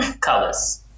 colors